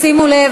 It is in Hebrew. שימו לב,